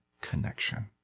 connection